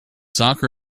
soccer